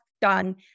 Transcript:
Done